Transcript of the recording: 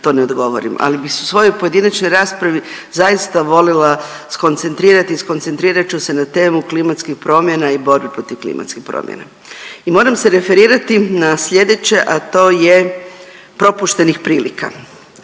to ne odgovorim, ali bih u svojoj pojedinačnoj raspravi zaista voljela skoncentrirati i iskoncentrirat ću se na temu klimatskih promjena i borbe protiv klimatskih promjena i moram se referirati na sljedeće, a to je propuštenih prilika.